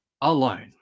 alone